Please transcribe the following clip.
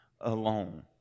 alone